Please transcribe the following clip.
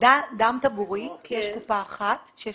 דם טבורי, יש קופה אחת שזה